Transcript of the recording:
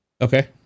Okay